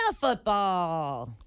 football